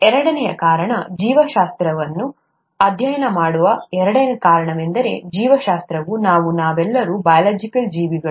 ಎರಡನೆಯ ಕಾರಣ ಜೀವಶಾಸ್ತ್ರವನ್ನು ಅಧ್ಯಯನ ಮಾಡಲು ಎರಡನೇ ಕಾರಣವೆಂದರೆ ಜೀವಶಾಸ್ತ್ರವು ನಾವು ನಾವೆಲ್ಲರೂ ಬಯೋಲಾಜಿಕಲ್ ಜೀವಿಗಳು